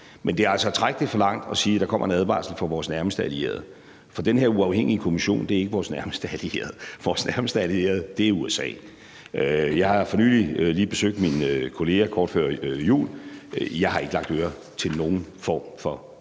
men det er altså at strække det for langt at sige, at der kommer en advarsel fra vores nærmeste allierede, for den her uafhængige kommission er ikke vores nærmeste allierede. Vores nærmeste allierede er USA. Jeg besøgte kort før jul min amerikanske kollega, og jeg skulle ikke lægge øre til nogen form for